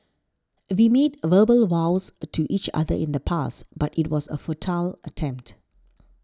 we made verbal vows to each other in the past but it was a futile attempt